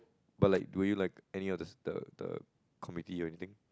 but like do you like any of the the community or anything